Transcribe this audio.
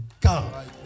God